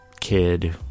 kid